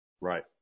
Right